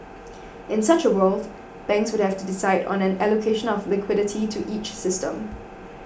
in such a world banks would have to decide on an allocation of liquidity to each system